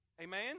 Amen